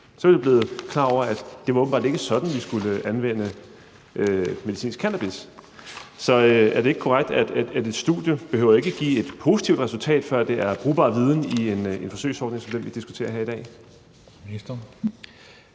så er vi blevet klar over, at det åbenbart ikke var sådan, vi skulle anvende medicinsk cannabis. Så er det ikke korrekt, at et studie ikke behøver at give et positivt resultat, før det er brugbar viden i en forsøgsordning som den, vi diskuterer her i dag?